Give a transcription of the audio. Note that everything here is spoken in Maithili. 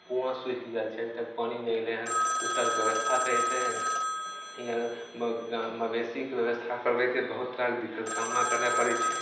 कुआँ सूखि गेल छै अभी तक पानि नहि अयलै हन ओसभ व्यवस्था करितै या म् मवेशीके व्यवस्था करबयके बहुत तरहके दिक्कतके सामना करना पड़ै छै